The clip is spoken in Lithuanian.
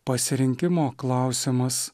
pasirinkimo klausimas